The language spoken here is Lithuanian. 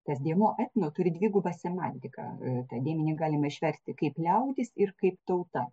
tas dėmuo etno turi dvigubą semantiką tą dėmenį galime švęsti kaip liaudis ir kaip tauta